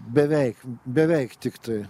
beveik beveik tiktai